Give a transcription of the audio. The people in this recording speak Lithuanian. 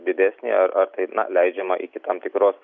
didesnį ar ar tai na leidžiamą iki tam tikros